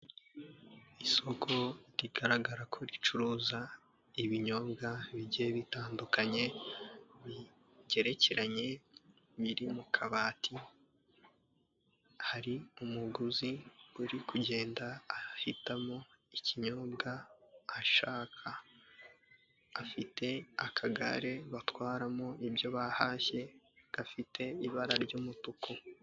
Isoko rigaragara ko ricuruza ibinyobwa bijye bitandukanye, bigerekeranye, biri mu kabati. Hari umuguzi uri kugenda ahitamo ikinyobwa ashaka. Afite akagare batwaramo ibyo bahashye, gafite ibara ry'umutuku.